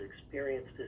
experienced